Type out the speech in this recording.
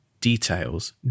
details